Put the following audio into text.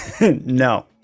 no